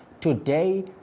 today